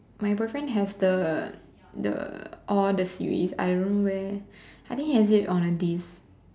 my boyfriend has the the all the series I don't know where I think he has it on a disc